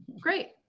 Great